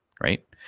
right